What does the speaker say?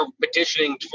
petitioning